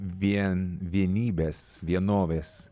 vien vienybės vienovės